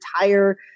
entire